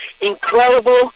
incredible